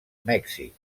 mèxic